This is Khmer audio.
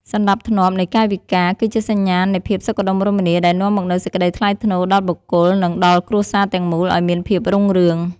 សណ្តាប់ធ្នាប់នៃកាយវិការគឺជាសញ្ញាណនៃភាពសុខដុមរមនាដែលនាំមកនូវសេចក្តីថ្លៃថ្នូរដល់បុគ្គល និង ដល់គ្រួសារទាំងមូលឱ្យមានភាពរុងរឿង។